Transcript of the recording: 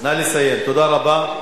תודה רבה.